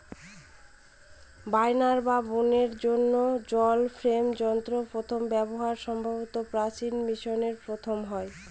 বয়নের বা বুননের জন্য জল ফ্রেম যন্ত্রের প্রথম ব্যবহার সম্ভবত প্রাচীন মিশরে প্রথম হয়